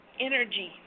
energy